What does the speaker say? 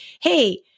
hey